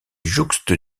jouxte